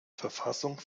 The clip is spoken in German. verfassung